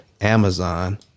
Amazon